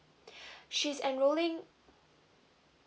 she's enrolling